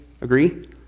agree